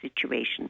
situation